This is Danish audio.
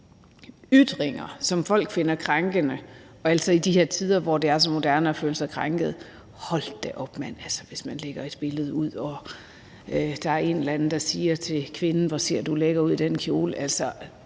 ytringer, som folk finder krænkende, i de her tider, hvor det er så moderne at føle sig krænket. Hold da op, mand! Det kunne være, at man lagde et billede op, og så kunne en eller anden sige til kvinden: Hvor ser du lækker ud i den kjole.